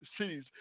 cities